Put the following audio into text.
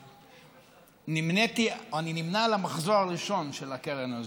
אני נמנה עם המחזור הראשון של הקרן הזאת.